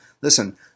Listen